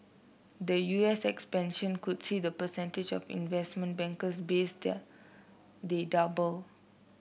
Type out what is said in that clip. the U S expansion could see the percentage of investment bankers based there double